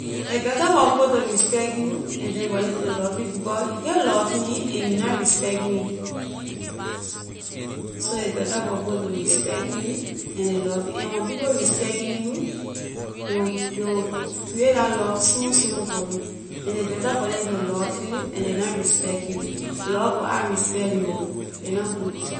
A better for people to respect you and than for neh to love you because you can’t love me and you na respect me so a better for people to respect you and ley love you and when people respecting you a will ley will create la love small small for you than ley better for neh to love you and ley na respect you love without respect no a na good.